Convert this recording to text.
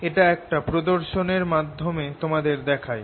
এটা একটা প্রদর্শন এর মাধ্যমে তোমাদের দেখাই